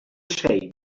shape